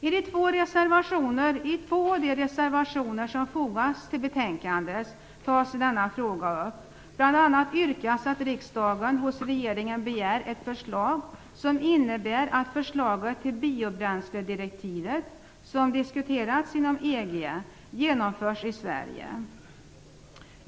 I två av de reservationer som fogats till detta betänkande tas denna fråga upp. Bl.a. yrkas att riksdagen hos regeringen skall begära ett förslag som innebär att förslaget till biobränsledirektiv som diskuteras inom EG genomförs i Sverige.